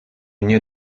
nie